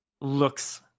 looks